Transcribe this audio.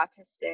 autistic